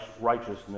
righteousness